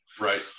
right